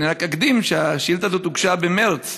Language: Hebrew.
אני רק אקדים שהשאילתה הזאת הוגשה במרס,